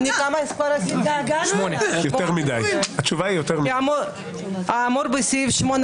אין ההסתייגות מס' 8 של קבוצת סיעת